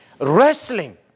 wrestling